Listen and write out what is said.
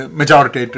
majority